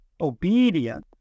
obedience